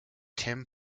tim